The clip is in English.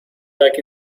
back